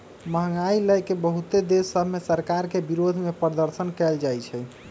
महंगाई लए के बहुते देश सभ में सरकार के विरोधमें प्रदर्शन कएल जाइ छइ